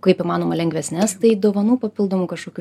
kaip įmanoma lengvesnes tai dovanų papildomų kažkokių